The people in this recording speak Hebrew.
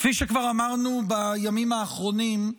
כפי שכבר אמרנו בימים האחרונים,